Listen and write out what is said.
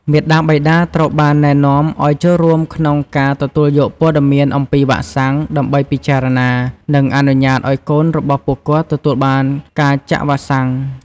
មាតាបិតាត្រូវបានណែនាំឲ្យចូលរួមក្នុងការទទួលយកព័ត៌មានអំពីវ៉ាក់សាំង ដើម្បីពិចារណា និងអនុញ្ញាតឲ្យកូនរបស់ពួកគាត់ទទួលបានការជាក់វ៉ាក់សាំង។